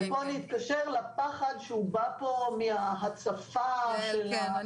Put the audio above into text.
ופה אני אתקשר לפחד שבא פה מההצפה של ה --- כן,